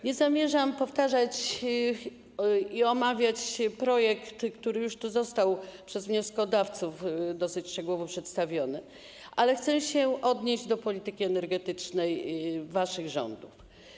Nie zamierzam ponownie omawiać projektu, który już tu został przez wnioskodawców dosyć szczegółowo przedstawiony, ale chcę się odnieść do polityki energetycznej waszych rządów.